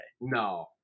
No